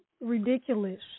ridiculous